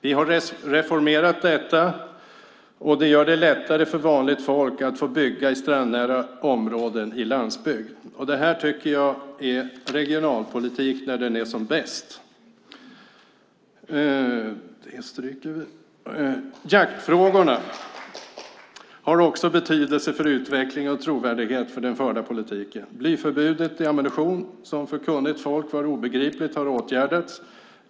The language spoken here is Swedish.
Vi har reformerat detta, och det gör det lättare för vanligt folk att få bygga i strandnära områden i landsbygd. Detta tycker jag är regionalpolitik när den är som bäst. Jaktfrågorna har också betydelse för utveckling och trovärdigheten i den förda politiken. Blyförbudet i ammunition, som för kunnigt folk var obegripligt, har åtgärdats.